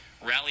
rally